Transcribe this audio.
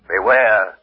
Beware